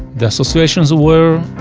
the associations were,